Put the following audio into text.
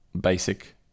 basic